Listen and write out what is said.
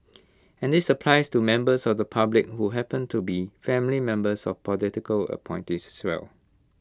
and this applies to members of the public who happen to be family members of political appointees as well